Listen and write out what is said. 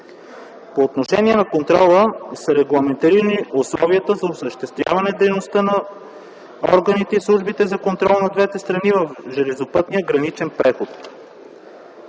По отношение на контрола са регламентирани условията за осъществяване дейността на органите и службите за контрол на двете страни в железопътния граничен преход.